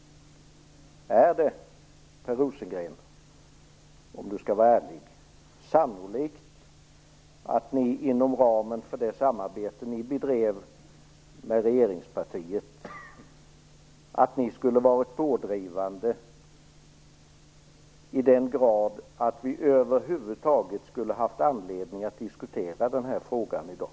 Är det, om Per Rosengren skall vara ärlig, sannolikt att ni inom ramen för det samarbete ni bedrev med regeringspartiet skulle ha varit pådrivande i den grad att vi över huvud taget skulle ha haft anledning att diskutera denna fråga i dag?